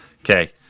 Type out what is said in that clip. Okay